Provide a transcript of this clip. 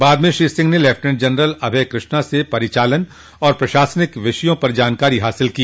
बाद में श्री सिंह ने लेफ्टिनेंट जनरल अभय कृष्णा से परिचालन और प्रशासनिक विषयों पर जानकारी हासिल की